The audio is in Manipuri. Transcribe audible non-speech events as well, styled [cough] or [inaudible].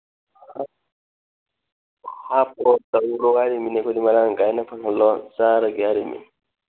[unintelligible] ꯑꯩꯈꯣꯏꯗꯤ ꯃꯔꯥꯡ ꯀꯥꯏꯅ ꯐꯪꯍꯜꯂꯣ ꯆꯥꯔꯒꯦ ꯍꯥꯏꯔꯤꯝꯅꯤ